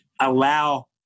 allow